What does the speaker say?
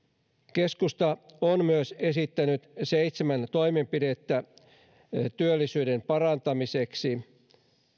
keskusta on myös esittänyt seitsemän toimenpidettä työllisyyden parantamiseksi